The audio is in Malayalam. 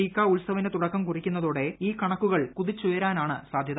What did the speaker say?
ടീക്ക ഉത്സവിന് തുടക്കം കുറിക്കുന്നതോടെ ഈ കണക്കുകൾ കുതിച്ച് ഉയരാനാണ് സാധ്യത